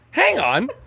hang on.